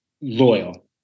loyal